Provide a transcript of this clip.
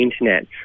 internet